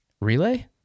Relay